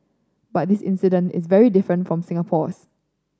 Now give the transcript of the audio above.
but this incident is very different from Singapore's